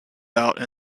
out